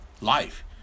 life